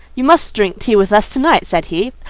you must drink tea with us to night, said he,